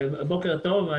בוקר טוב,